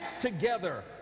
together